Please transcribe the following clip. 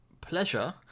pleasure